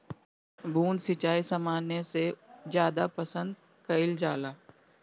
बूंद सिंचाई सामान्य सिंचाई से ज्यादा पसंद कईल जाला